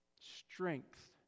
strength